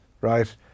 right